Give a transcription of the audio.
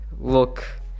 look